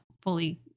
fully